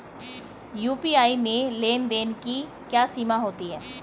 UPI में लेन देन की क्या सीमा होती है?